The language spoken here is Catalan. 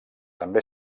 també